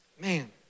Man